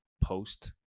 post